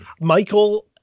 Michael